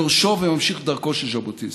יורשו וממשיך דרכו של ז'בוטינסקי.